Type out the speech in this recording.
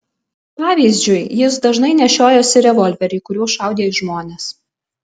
pavyzdžiui jis dažnai nešiojosi revolverį kuriuo šaudė į žmones